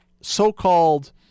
so-called